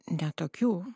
ne tokių